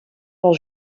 pel